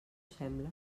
sembla